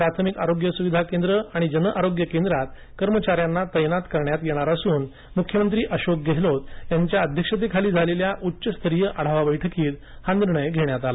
प्राथमिक आरोग्य सुविधा केंद्र आणि जन आरोग्य केंद्रात या कर्मचाऱ्यांना तैनात करण्यात येणार असून मुख्यमंत्री अशोक गेहलोत यांच्या अध्यक्षतेखाली झालेल्या उच्चस्तरीय कोरोना आढावा बैठकीत हा निर्णय घेण्यात आला